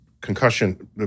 concussion